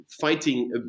fighting